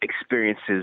experiences